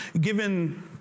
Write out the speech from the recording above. given